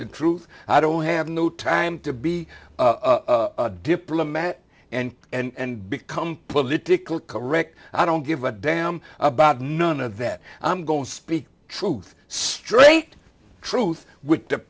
the truth i don't have no time to be a diplomat and and become political correct i don't give a damn about none of that i'm going to speak truth straight truth with the